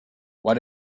what